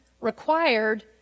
required